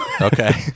okay